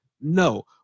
No